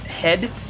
head